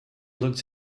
looked